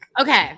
Okay